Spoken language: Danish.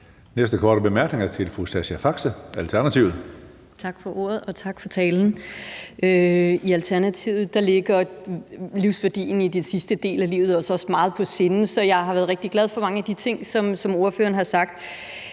næste korte bemærkning er til fru Sascha Faxe, Alternativet. Kl. 15:51 Sascha Faxe (ALT): Tak for ordet, og tak for talen. I Alternativet ligger livsværdien i den sidste del af livet os også meget på sinde, så jeg har været rigtig glad for mange af de ting, som ordføreren har sagt.